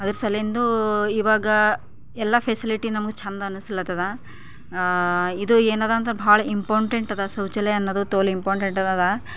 ಅದ್ರ ಸಲಿಂದು ಇವಾಗ ಎಲ್ಲ ಫೆಸಿಲಿಟಿ ನಮಗೆ ಚೆಂದ ಅನ್ನಿಸ್ಲತ್ತದ ಇದು ಏನದಾಂದ್ರ ಬಹಳ ಇಂಪೋಟೆಂಟದ ಶೌಚಾಲಯ ಅನ್ನೋದು ತೋಲ್ ಇಂಪೋಟೆಂಟದ